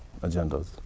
agendas